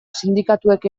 sindikatuek